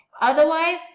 Otherwise